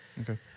Okay